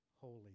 holy